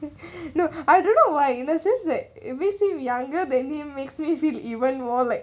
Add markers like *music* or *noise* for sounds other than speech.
*laughs* no I don't know why that if we seem younger than him makes me feel even more like